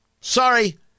sorry